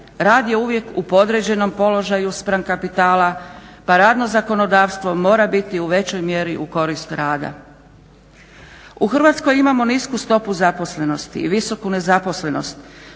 rad je uvijek u podređenom položaju spram kapitala, pa radno zakonodavstvo mora biti u većoj mjeri u korist rada. U Hrvatskoj imamo nisku stopu zaposlenosti i visoku nezaposlenost